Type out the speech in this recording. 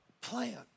plan